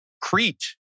Crete